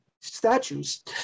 statues